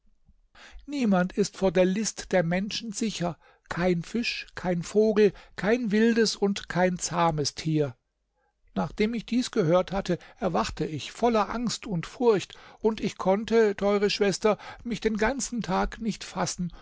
niemand ist vor der list der menschen sicher kein fisch kein vogel kein wildes und kein zahmes tier nachdem ich dies gehört hatte erwachte ich voller angst und furcht und ich konnte teure schwester mich den ganzen tag nicht fassen